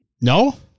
No